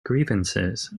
grievances